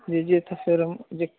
جی جی تو پھر ہم جی